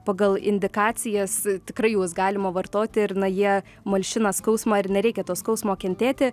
pagal indikacijas tikrai juos galima vartoti ir na jie malšina skausmą ir nereikia to skausmo kentėti